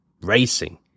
racing